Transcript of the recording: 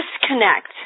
disconnect